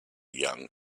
young